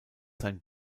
sein